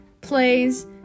plays